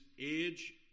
age